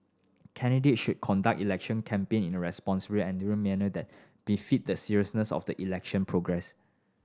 candidates should conduct election campaigning in a responsible and dignified manner that befit the seriousness of the election progress